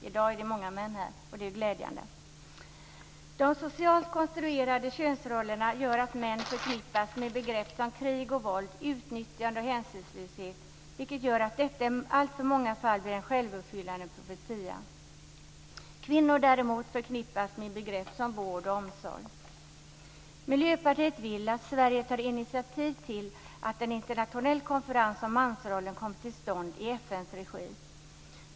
I dag är det många män här och det är glädjande. De socialt konstruerade könsrollerna gör att män förknippas med begrepp som krig och våld, utnyttjande och hänsynslöshet, vilket gör att detta i alltför många fall blir en självuppfyllande profetia. Kvinnor däremot förknippas med begrepp som vård och omsorg. Miljöpartiet vill att Sverige tar initiativ till att en internationell konferens om mansrollen kommer till stånd i FN:s regi.